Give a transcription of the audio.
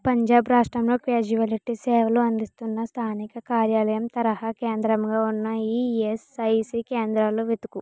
పంజాబ్ రాష్ట్రంలో క్యాజువాలిటీ సేవలు అందిస్తున్న స్థానిక కార్యాలయం తరహా కేంద్రంలో ఉన్న ఈఎస్ఐసి కేంద్రాల్లో వెతుకుము